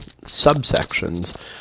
subsections